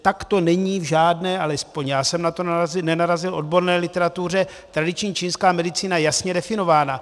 Takto není v žádné, alespoň já jsem na to nenarazil, odborné literatuře tradiční čínská medicína jasně definována.